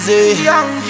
Young